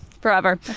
forever